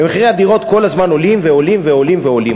ומחירי הדירות כל הזמן עולים ועולים ועולים ועולים.